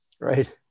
Right